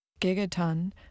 Gigaton